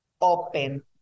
open